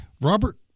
Robert